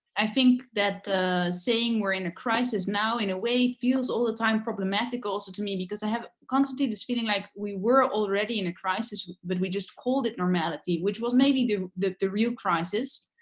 i think that saying we're in a crisis now in way feels all the time problematic also to me because i have constantly this feeling like, we were already in a crisis, but we just called it normality. which was maybe the the real crisis.